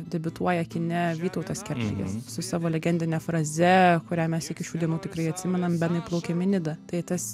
debiutuoja kine vytautas kernagis su savo legendine fraze kurią mes iki šių dienų tikrai atsimenam benai plaukiam į nidą tai tas